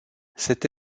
cette